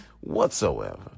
whatsoever